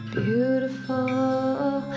beautiful